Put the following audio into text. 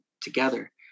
together